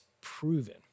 proven